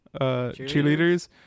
cheerleaders